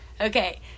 Okay